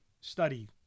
study